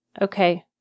Okay